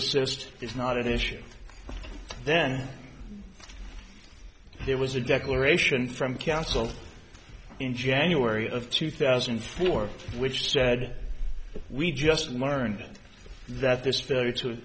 assist is not an issue then there was a declaration from counsel in january of two thousand and four which said that we just learned that this very